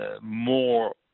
more